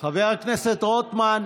נגד מוסי רז, נגד אפרת רייטן מרום,